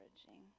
encouraging